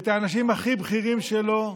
את האנשים הכי בכירים שלו,